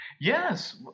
Yes